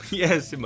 yes